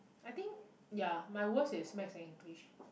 I think ya my worst is maths and english